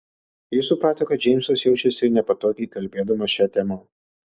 ji suprato kad džeimsas jaučiasi nepatogiai kalbėdamas šia tema